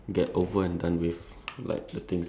I'm not prioritising it lah so